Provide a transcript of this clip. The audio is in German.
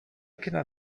kinder